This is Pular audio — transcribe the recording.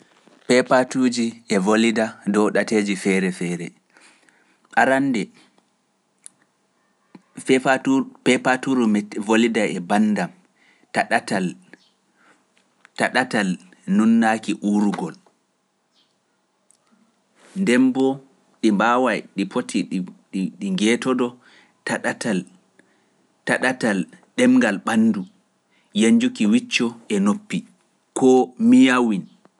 Peepatuuji e volida dow ɗateeji feere feere. Arannde, peepatuuji volida e banndam taɗatal nunnaki urgol nden bo ɗi poti di ngeetoɗo ta ɗatal yenjal ɓandu, yenjuki wicco e noppi, koo mi yawin.